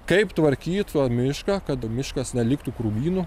kaip tvarkyt va mišką kad miškas neliktų krūmynu